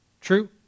True